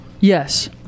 Yes